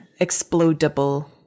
explodable